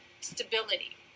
stability